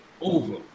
over